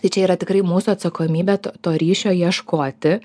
čia yra tikrai mūsų atsakomybė o to ryšio ieškoti